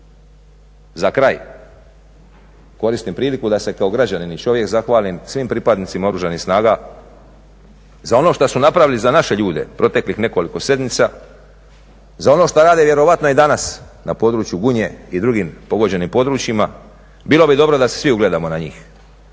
Za kraj, koristim priliku da se kao građanin i čovjek zahvalim svim pripadnicima Oružanih snaga za ono što su napravili za naše ljude proteklih nekoliko sedmica, za ono što rade vjerojatno i danas na području Gunje i drugim pogođenim područjima. Bilo bi dobro da se svi ugledamo na njih,